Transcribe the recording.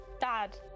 dad